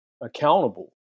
accountable